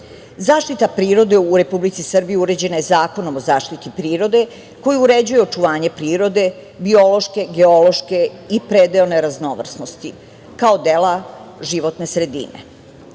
Zaštita prirode u Republici Srbiji uređena je Zakonom o zaštiti prirode koji uređuje očuvanje prirode, biološke, geološke i predeone raznovrsnosti kao dela životne